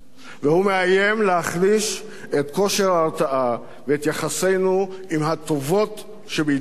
והוא מאיים להחליש את כושר ההרתעה ואת יחסינו עם הטובות שבידידותינו.